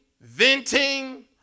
venting